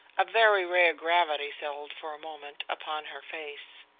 a very rare gravity settled for a moment upon her face.